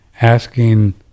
asking